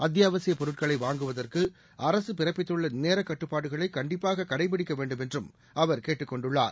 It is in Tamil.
அத்தியாவசியப் பொருட்களை வாங்குவதற்கு அரசு பிறப்பித்துள்ள நேரக்கட்டுப்பாடுகளை கண்டிப்பாக கடைப்பிடிக்க வேண்டும் என்றும் அவர் கேட்டுக் கொண்டுள்ளார்